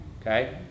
okay